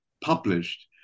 published